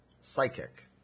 Psychic